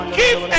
give